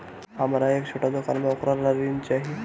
हमरा एक छोटा दुकान बा वोकरा ला ऋण चाही?